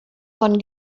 von